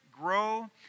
grow